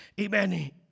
Amen